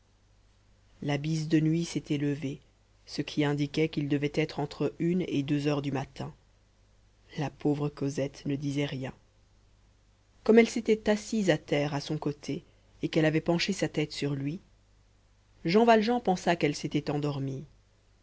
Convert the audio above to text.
la bise de nuit s'était levée ce qui indiquait qu'il devait être entre une et deux heures du matin la pauvre cosette ne disait rien comme elle s'était assise à terre à son côté et qu'elle avait penché sa tête sur lui jean valjean pensa quelle s'était endormie